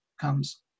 comes